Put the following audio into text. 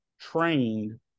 trained